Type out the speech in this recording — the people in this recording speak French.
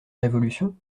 révolution